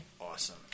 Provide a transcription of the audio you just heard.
Awesome